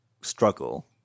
struggle